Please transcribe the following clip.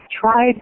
tried